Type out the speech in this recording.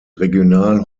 regional